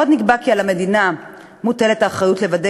עוד נקבע כי על המדינה מוטלת האחריות לוודא